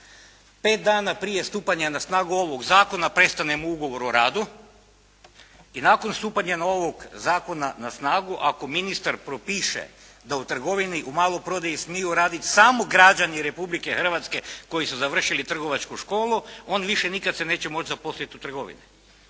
Pet dana prije stupanja na snagu ovoga Zakona, prestane mu Ugovor o radu i nakon stupanja novog Zakona na snagu ako ministar propiše da u trgovini u maloprodaji smiju raditi samo građani Republike Hrvatske koji su završili trgovačku školu, on više nikada se neće moći zaposliti u trgovini.